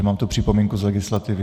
Mám tu připomínku z legislativy.